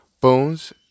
Bones